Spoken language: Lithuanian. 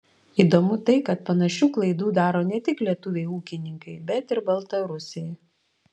įdomu tai kad panašių klaidų daro ne tik lietuviai ūkininkai bet ir baltarusiai